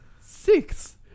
Six